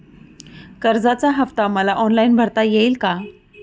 कर्जाचा हफ्ता मला ऑनलाईन भरता येईल का?